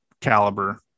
caliber